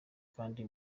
kandi